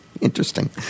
interesting